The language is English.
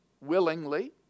willingly